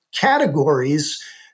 categories